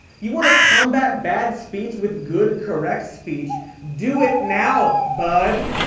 you want to combat bad speech with good, correct speech, do it now, bud.